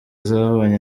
zabonye